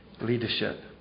leadership